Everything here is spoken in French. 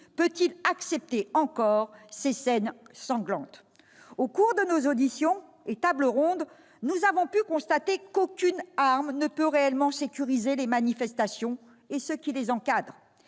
peut-il accepter encore ces scènes sanglantes ? Au cours de nos auditions et tables rondes, nous avons constaté qu'aucune arme ne peut réellement sécuriser les manifestations et ceux qui les encadrent.